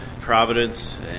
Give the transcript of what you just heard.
providence